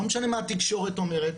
לא משנה מה התקשורת אומרת,